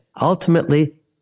Ultimately